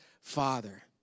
Father